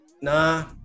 nah